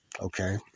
Okay